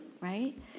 right